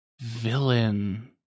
Villain